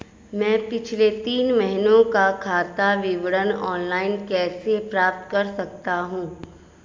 मैं पिछले तीन महीनों का खाता विवरण ऑनलाइन कैसे प्राप्त कर सकता हूं?